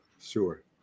Sure